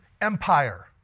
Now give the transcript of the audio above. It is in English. empire